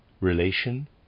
relation